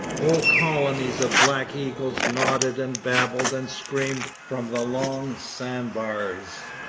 whole colonies of black eagles nodded and babbled and screamed from the long sand-bars.